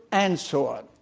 and so on.